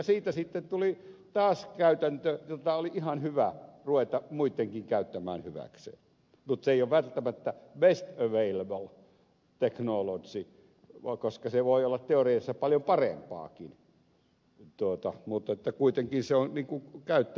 siitä sitten tuli taas käytäntö jota oli ihan hyvä ruveta muittenkin käyttämään hyväkseen mutta se ei ole välttämättä best available technology koska se voi olla teoriassa paljon parempaakin mutta kuitenkin se on niin kuin käyttöväline